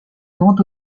grand